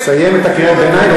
סיים את קריאת הביניים,